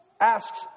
asks